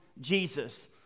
Jesus